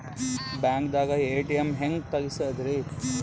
ಬ್ಯಾಂಕ್ದಾಗ ಎ.ಟಿ.ಎಂ ಹೆಂಗ್ ತಗಸದ್ರಿ?